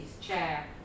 chair